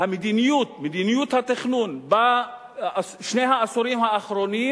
מדיניות התכנון בשני העשורים האחרונים